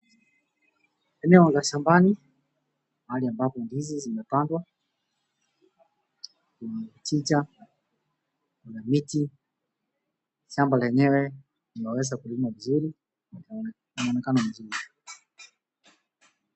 Eneo la shambani, mahali ambapo ndizi zimepandwa, mchicha, miti, shamba lenyewe linaonyesha kulimwa vizuri, linaonekana vizuri.